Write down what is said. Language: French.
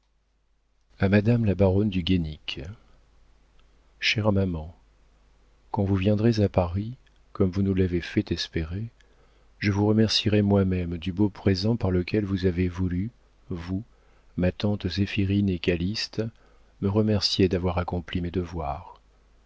a madame la baronne du guénic chère maman quand vous viendrez à paris comme vous nous l'avez fait espérer je vous remercierai moi-même du beau présent par lequel vous avez voulu vous ma tante zéphirine et calyste me remercier d'avoir accompli mes devoirs